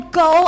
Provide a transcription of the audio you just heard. go